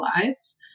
lives